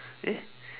eh